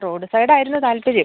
road side ആയിരുന്നു താല്പര്യം